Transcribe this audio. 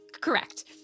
Correct